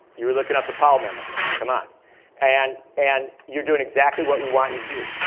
you were looking up the powell memo there. come on. and and you're doing exactly what we want you to do.